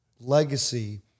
legacy